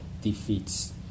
defeats